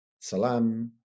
Salam